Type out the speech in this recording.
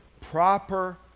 proper